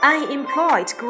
Unemployed